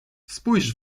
spójrz